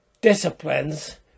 disciplines